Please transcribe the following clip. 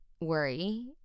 worry